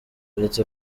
uretse